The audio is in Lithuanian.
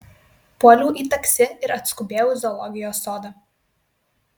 puoliau į taksi ir atskubėjau į zoologijos sodą